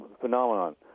phenomenon